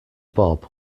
bob